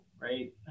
right